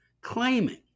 claiming